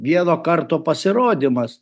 vieno karto pasirodymas